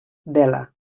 bela